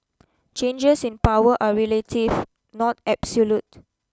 changes in power are relative not absolute